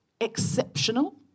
exceptional